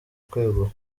kwegura